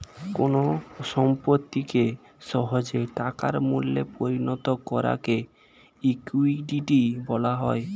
কোন সম্পত্তিকে সহজে টাকার মূল্যে পরিণত করাকে লিকুইডিটি বলা হয়